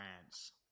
France